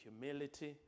humility